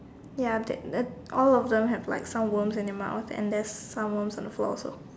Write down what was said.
ya that then all of them have like some worms in their mouth and there's some worms on the floor also